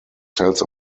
tells